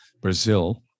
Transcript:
Brazil